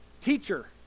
teacher